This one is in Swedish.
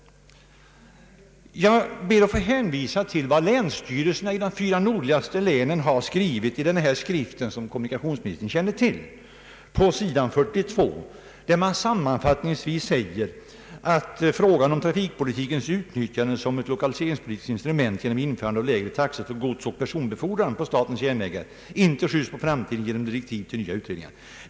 Jag ber att få hänvisa till vad länsstyrelserna i de fyra nordligaste länen har skrivit i en skrift som kommunikationsministern känner till. På sidan 42 säger man sammanfattningsvis att länsstyrelserna begär att ”frågan om trafikpolitikens utnyttjande som ett lokaliseringspolitiskt instrument genom införandet av lägre taxor för godsoch personbefordran på statens järnvägar inte skjuts på framtiden genom direktiv till nya utredningar.